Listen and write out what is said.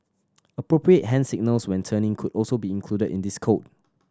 appropriate hand signals when turning could also be included in this code